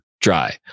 dry